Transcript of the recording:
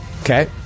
okay